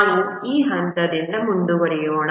ನಾವು ಈ ಹಂತದಿಂದ ಮುಂದುವರಿಯೋಣ